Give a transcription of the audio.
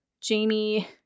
Jamie